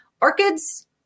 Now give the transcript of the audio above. Orchids